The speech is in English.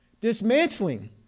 dismantling